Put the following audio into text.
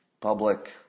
public